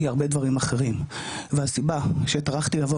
היא הרבה דברים אחרים והסיבה שטרחתי לבוא